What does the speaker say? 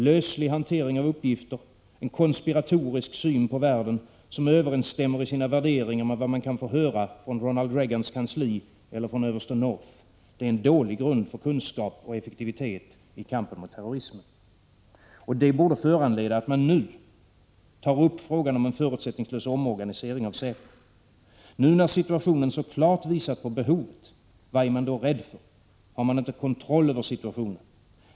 Löslig hantering av uppgifter, en konspiratorisk syn på världen, med värderingar som överensstämmer med vad man kan höra från Ronald Reagans kansli eller från överste North — det är en dålig grund för kunskap och effektivitet i kampen mot terrorismen. Detta borde föranleda att man nu tar upp frågan om en förutsättningslös omorganisering av säpo. Nu när situationen så klart visat på behovet härav, vad är man rädd för? Har man inte kontroll över situationen?